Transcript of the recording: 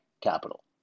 capital